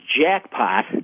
jackpot